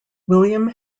william